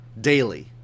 daily